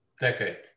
decade